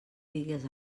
digues